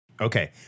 okay